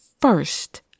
first